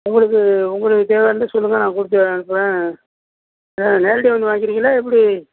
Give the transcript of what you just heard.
உங்களுக்கு உங்களுக்கு தேவையானதை சொல்லுங்க நான் கொடுத்து அனுப்புகிறேன் ஆ நேரடியாக வந்து வாஙகிக்கிறீங்களா எப்படி